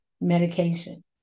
medication